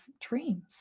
dreams